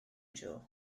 dro